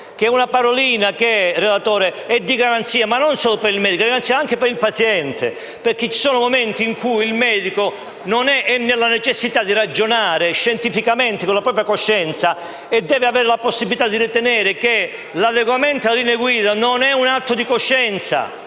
buone prassi, che è di garanzia non solo per il medico, ma anche per il paziente. Ci sono infatti momenti in cui il medico si trova nella necessità di ragionare scientificamente con la propria coscienza e che avere la possibilità di ritenere che l'adeguamento alle linee guida non è un atto di scienza,